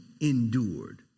endured